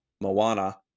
Moana